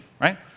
Right